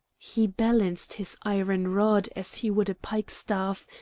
he balanced his iron rod as he would a pikestaff,